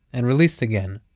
and released again.